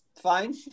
fine